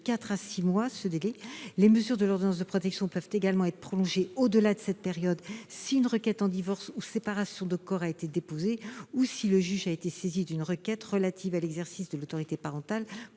à six mois ce délai. Les mesures de l'ordonnance de protection peuvent également être prolongées au-delà de cette période si une requête en divorce ou séparation de corps a été déposée ou si le juge a été saisi d'une requête relative à l'exercice de l'autorité parentale